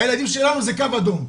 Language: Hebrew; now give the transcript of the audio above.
הילדים שלנו זה קו אדום.